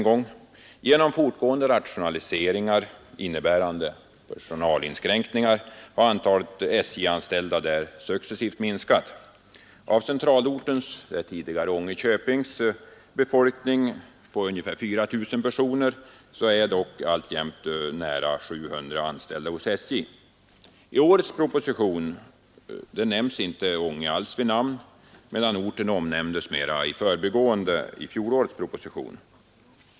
Genom fortgående rationaliseringar, innebärande personalinskränkningar, har antalet SJ-anställda där successivt minskat. Av centralortens — tidigare Ånge köping — befolkning på ungefär 4 000 personer är dock för närvarande nära 700 anställda hos SJ: I årets proposition nämns inte Ånge vid namn, medan orten omnämndes mera i förbigående i fjolårets proposition.